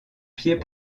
pied